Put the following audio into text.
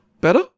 better